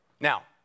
Now